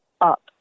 up